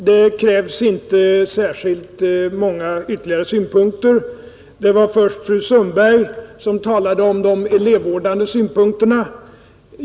Fru talman! Det krävs inte särskilt många ytterligare synpunkter. Fru Sundberg talade om de elevvårdande synpunkterna.